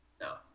No